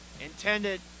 intended